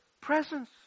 presence